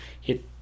Hit